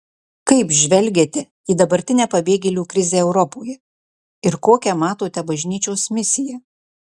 kaip žvelgiate į dabartinę pabėgėlių krizę europoje ir kokią matote bažnyčios misiją